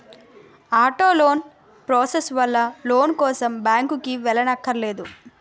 auto loan process వల్ల loan కోసం బ్యాంకుకి వెళ్ళక్కర్లేదు